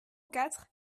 quatre